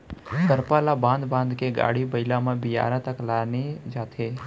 करपा ल बांध बांध के गाड़ी बइला म बियारा तक लाने जाथे